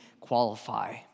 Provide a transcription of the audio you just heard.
qualify